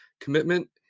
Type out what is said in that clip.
Commitment